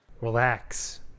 Relax